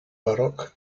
baroque